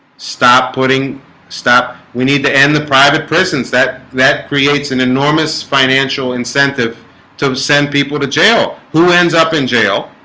stop putting stuff we need to end the private prisons that that creates an enormous financial incentive to send people to jail who ends up in jail